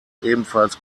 ebenfalls